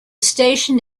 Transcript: station